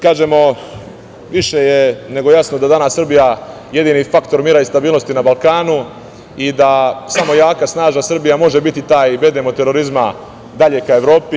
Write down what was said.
Kažemo – više je nego jasno da je danas Srbija jedini faktor mira i stabilnosti na Balkanu i da samo jaka i snažna Srbija može biti taj bedem od terorizma dalje ka Evropi.